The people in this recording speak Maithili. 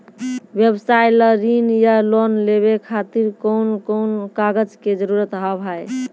व्यवसाय ला ऋण या लोन लेवे खातिर कौन कौन कागज के जरूरत हाव हाय?